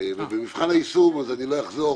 במבחן היישום, אני לא אחזור